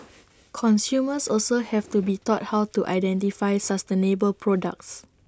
consumers also have to be taught how to identify sustainable products